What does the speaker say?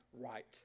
right